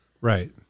Right